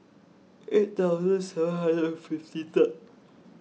eight thousand seven hundred and fifty Third